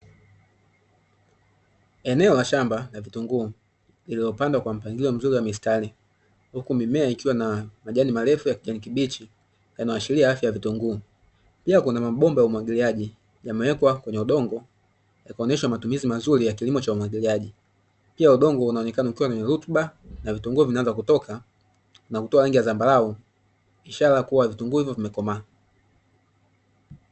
Eneo la shamba la vitunguu lililopandwa kwa mpangilio mzuri wa mistari, huku mimea ikiwa ina majani marefu ya kijani kibichi yanayoashiria afya ya vitunguu. Pia kuna mabomba ya umwagiliaji yamewekwa kwenye udongo yakionyesha matumizi mazuri ya kilimo cha umwagiliaji, pia udongo unaonekana kuwa wenye rutuba na vitunguu vinaanza kutoka na kutoa rangi ya zambarau ishara kuwa vitunguu hivyo vimekomaa.